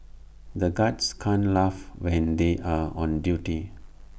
the guards can't laugh when they are on duty